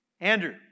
Andrew